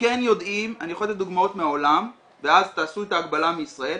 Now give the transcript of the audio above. אני יכול לתת דוגמאות מהעולם ואז תעשו את ההקבלה מישראל,